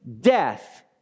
death